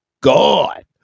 God